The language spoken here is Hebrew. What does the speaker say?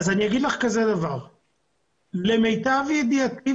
למיטב ידיעתי,